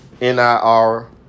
N-I-R